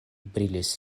brilis